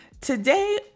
Today